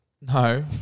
No